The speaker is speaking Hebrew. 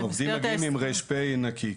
עובדים מגיעים עם ר"פ נקי,